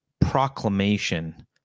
proclamation